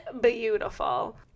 beautiful